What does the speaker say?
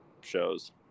shows